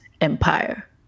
empire